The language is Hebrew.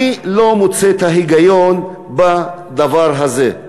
אני לא מוצא את ההיגיון בדבר הזה.